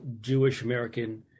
Jewish-American